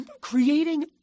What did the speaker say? creating